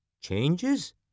Changes